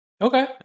Okay